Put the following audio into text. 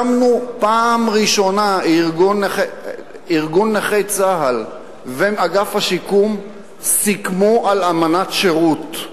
פעם ראשונה ארגון נכי צה"ל ואגף השיקום סיכמו על אמנת שירות.